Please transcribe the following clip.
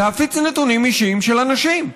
להפיץ נתונים אישיים של אנשים.